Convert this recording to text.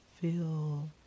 feel